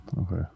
Okay